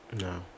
No